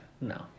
No